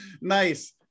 Nice